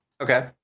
Okay